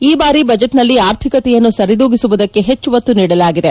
ಈ ಬಾರಿ ಬಜೆಟ್ನಲ್ಲಿ ಆರ್ಥಿಕತೆಯನ್ನು ಸರಿದೂಗಿಸುವುದಕ್ಕೆ ಹೆಚ್ಚು ಒತ್ತು ನೀಡಲಾಗಿದೆ